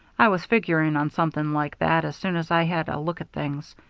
i was figuring on something like that as soon as i had a look at things.